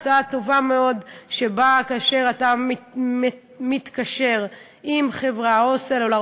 ההצעה טובה מאוד: כאשר אתה מתקשר עם חברת סלולר